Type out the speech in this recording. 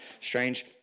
strange